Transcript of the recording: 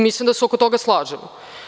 Mislim da se oko toga slažemo.